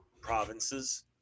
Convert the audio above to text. Provinces